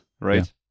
right